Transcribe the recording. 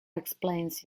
explains